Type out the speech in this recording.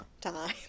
time